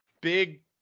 big